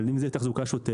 אבל אם זה תחזוקה שוטפת,